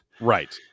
Right